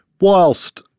whilst